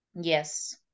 Yes